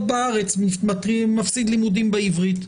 בארץ והוא מפסיד לימודים באוניברסיטה העברית.